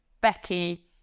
becky